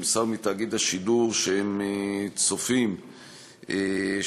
נמסר מתאגיד השידור שהם צופים שמספר